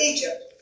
Egypt